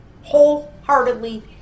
wholeheartedly